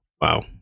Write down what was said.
wow